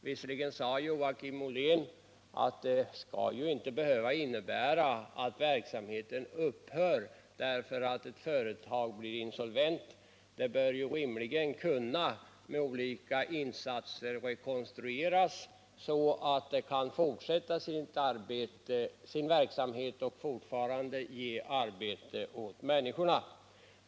Visserligen sade Joakim Ollén att det förhållandet att ett företag blir insolvent inte skall behöva innebära att verksamheten upphör. Företaget bör rimligen med olika insatser kunna rekonstrueras, så att det kan fortsätta sin verksamhet och fortfarande ge arbete åt människor.